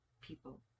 people